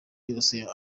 yose